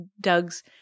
Doug's